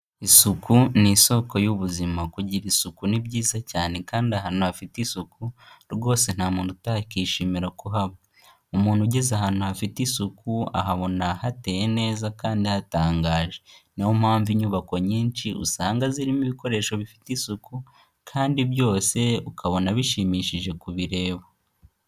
Isuku ni isoko y'ubuzima. Kugira isuku ni byiza cyane kandi ahantu hafite isuku rwose nta muntu utakishimira kuhaba, umuntu ugeze ahantu hafite isuku ahabona hateye neza kandi hatangaje, ni yo mpamvu inyubako nyinshi usanga zirimo ibikoresho bifite isuku kandi byose ukabona bishimishije kubireba.